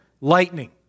lightning